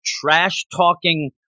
trash-talking